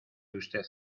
usted